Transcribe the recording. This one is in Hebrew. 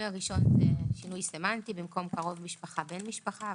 הראשון הוא סמנטי במקום קרוב משפחה בן משפחה.